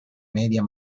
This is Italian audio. media